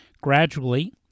Gradually